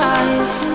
eyes